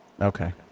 Okay